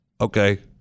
okay